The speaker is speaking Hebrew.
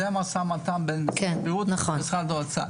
זה המשא ומתן שמתקיים עם משרד האוצר.